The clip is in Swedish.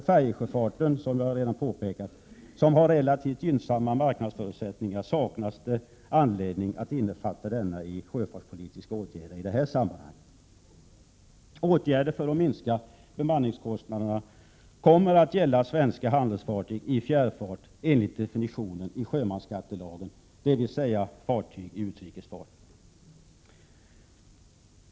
Färjesjöfarten, som jag redan påpekat har relativt gynnsamma marknadsförutsättningar, saknas det anledning att innefatta i sjöfartspolitiska åtgärder i detta sammanhang. Åtgärder för att minska bemanningskostnaderna kommer att gälla svenska handelsfartyg i fjärrfart enligt definitionen i sjömansskattelagen, dvs. fartyg i utrikesfart.